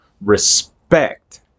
respect